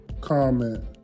Comment